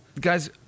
guys